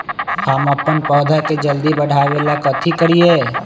हम अपन पौधा के जल्दी बाढ़आवेला कथि करिए?